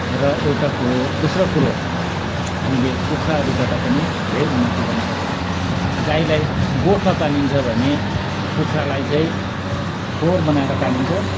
र एउटा कुरो दोस्रो कुरो हामीले कुखुराहरूबाट पनि धेरै उन्नति गर्नसक्छौँ गाईलाई गोठमा पालिन्छ भने कुखुरालाई चाहिँ खोर बनाएर पालिन्छ